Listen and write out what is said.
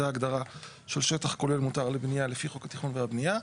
זו ההגדרה של שטח כולל מותר לבנייה על פי חוק התכנון והבנייה.